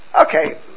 okay